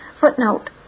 footnote